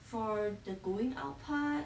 for the going out part